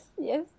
yes